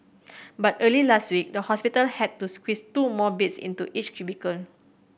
but early last week the hospital had to squeeze two more beds into each cubicle